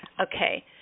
Okay